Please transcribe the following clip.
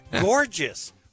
Gorgeous